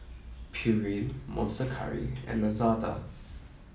Pureen Monster Curry and Lazada